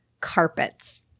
carpets